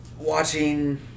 Watching